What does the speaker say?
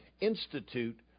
institute